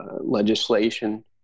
legislation